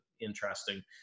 interesting